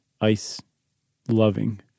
ice-loving